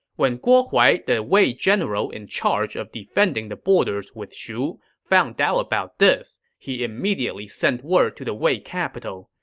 when guo huai, the wei general in charge of defending the borders with shu, found out about this, he immediately sent word to the wei capital.